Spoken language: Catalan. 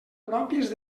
pròpies